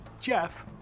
Jeff